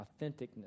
authenticness